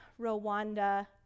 Rwanda